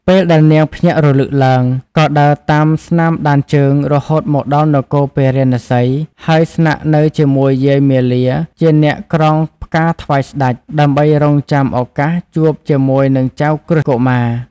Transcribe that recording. ពេលដែលនាងភ្ញាក់រលឹកឡើង ក៏ដើរតាមស្នាមដានជើង រហូតមកដល់នគរពារាណសី ហើយស្នាក់នៅជាមួយយាយមាលាជាអ្នកក្រងផ្កាថ្វាយស្តេច ដើម្បីរង់ចាំឱកាសជួបជាមួយនឹងចៅក្រឹស្នកុមារ។